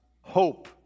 hope